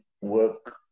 work